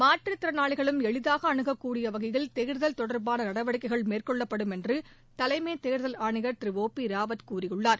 மாற்று திறனாளிகளும் எளிதாக அணுகக்கூட வகையில் தேர்தல் தொடர்பான நடவடிக்கைகள் மேற்கொள்ளப்படும் என்று தலைமை தேர்தல் ஆணையர் திரு ஓ பி ராவத் கூறியுள்ளார்